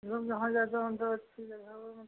लोग जहाँ जाते हों मतलब अच्छी जगह हो मतलब